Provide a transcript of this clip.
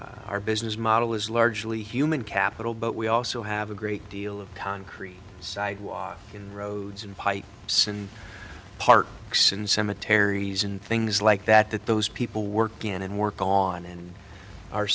our business model is largely human capital but we also have a great deal of concrete sidewalk and roads and pipe since part since cemeteries and things like that that those people work in and work on and our